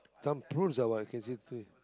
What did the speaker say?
some prunes or what I can see this